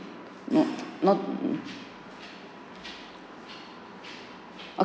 not not